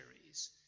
series